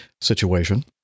situation